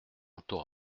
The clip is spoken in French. torrents